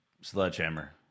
sledgehammer